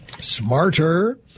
smarter